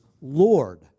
Lord